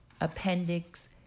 Appendix